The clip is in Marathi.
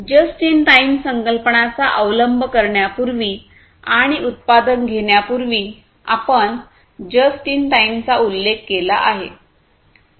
जस्ट इन टाइम संकल्पनांचा अवलंब करण्यापूर्वी आणि उत्पादन घेण्यापूर्वी आपण जस्ट इन टाइमचा उल्लेख केला आहे